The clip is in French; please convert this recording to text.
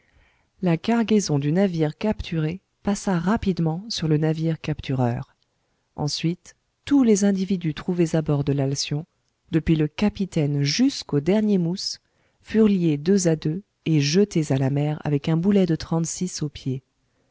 la cargaison du navire capturé passa rapidement sur le navire captureur ensuite tous les individus trouvés à bord de l'alcyon depuis le capitaine jusqu'au dernier mousse furent liés deux à deux et jetés à la mer avec un boulet de trente-six aux pieds